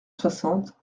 soixante